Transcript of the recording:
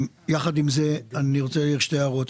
יחד עם זה, אני רוצה להעיר שתי הערות.